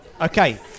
Okay